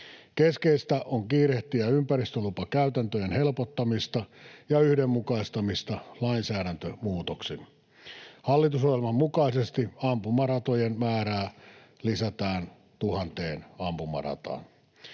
Keskeistä on kiirehtiä ympäristölupakäytäntöjen helpottamista ja yhdenmukaistamista lainsäädäntömuutoksin. Hallitusohjelman mukaisesti ampumaratojen määrää lisätään tuhanteen ampumarataan.